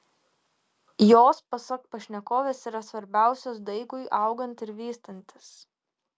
jos pasak pašnekovės yra svarbiausios daigui augant ir vystantis